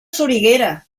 soriguera